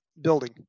building